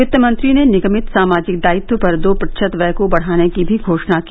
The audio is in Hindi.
वित्तमंत्री ने निगमित सामाजिक दायित्व पर दो प्रतिशत व्यय को बढ़ाने की भी घोषणा की